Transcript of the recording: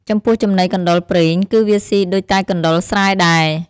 ចំពោះចំណីកណ្តុរព្រែង គឺវាសុីដូចតែកណ្តុរស្រែដែរ។